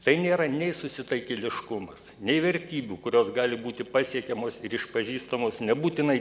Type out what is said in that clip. tai nėra nei susitaikėliškumas nei vertybių kurios gali būti pasiekiamos išpažįstamos nebūtinai